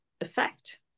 effect